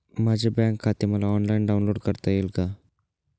माझे बँक खाते मला ऑनलाईन डाउनलोड करता येईल का?